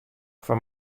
fan